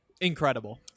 incredible